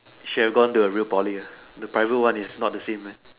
should have gone to a real Poly ah the private one is not the same man